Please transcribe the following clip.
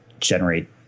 generate